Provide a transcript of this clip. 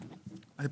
אלא